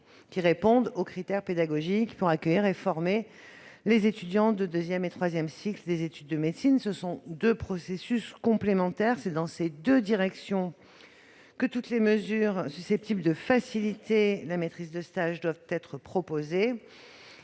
répondant aux critères pédagogiques requis pour accueillir et former les étudiants de deuxième et de troisième cycle des études de médecine. Ces deux processus sont complémentaires, c'est dans ces deux directions que toutes les mesures susceptibles de faciliter la maîtrise de stage doivent être envisagées,